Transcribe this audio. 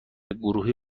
گروهی